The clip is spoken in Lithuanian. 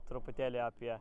truputėlį apie